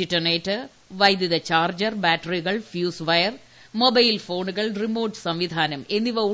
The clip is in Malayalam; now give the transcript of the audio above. ഡിറ്റനേറ്റർ വൈദ്യുത ചാർജർ ബാറ്ററികൾ ഫ്യൂസ് വയർ മൊബൈൽ ഫോണുകൾ റിമോട്ട് സംവിധാനം എന്നിവ